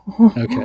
Okay